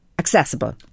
accessible